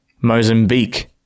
Mozambique